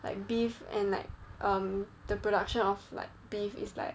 like beef and like um the production of like beef is like